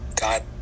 God